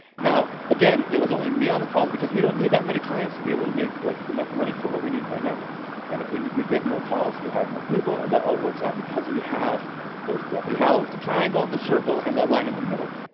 now again, it was only me on the calls because we don't need that many clients to be able to make like enough money for what we need right now and if we we get more calls, we hire more people, and that all works out because we have those deathly hallows. the triangle, the circle, and that line in the middle.